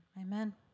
Amen